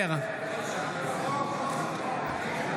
נגד אורית מלכה סטרוק, אינה נוכחת משה סעדה,